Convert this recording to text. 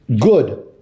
good